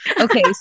Okay